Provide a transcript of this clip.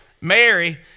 Mary